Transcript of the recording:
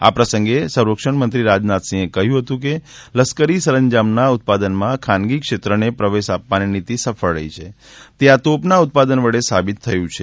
આ પ્રસંગે સંરક્ષણમંત્રી રાજનાથ સિં હે કહ્યું હતું કે લશ્કરી સરંજામના ઉત્પાદનમા ખાનગી ક્ષેત્રને પ્રવેશ આપવાની નીતિ સફળ રહી છે તે આ તોપના ઉત્પાદન વડે સાબિત થયું છે